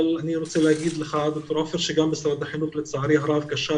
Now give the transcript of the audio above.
אבל אני רוצה להגיד לך דוקטור עופר שגם החינוך לצערי הרב כשל